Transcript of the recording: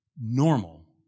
normal